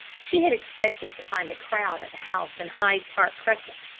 she had expected to find a crowd at the house in hyde park crescent,